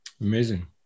Amazing